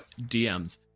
DMs